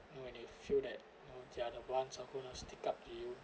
know when you feel that you know they are the ones are gonna stick up to you